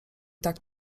tak